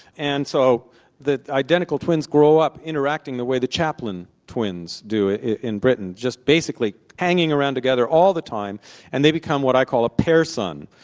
and so the identical twins grow up interacting the way the chaplain twins do in britain, just basically hanging around together, all the time and they become what i call a pairson.